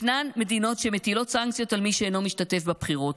ישנן מדינות שמטילות סנקציות על מי שאינו משתתף בבחירות.